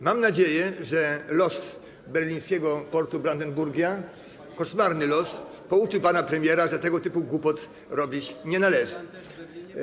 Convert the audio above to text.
Mam nadzieję, że los berlińskiego portu Brandenburgia, koszmarny los, pouczy pana premiera, że tego typu głupot robić nie należy.